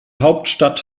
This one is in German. hauptstadt